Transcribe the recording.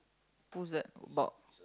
who's that about